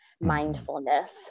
mindfulness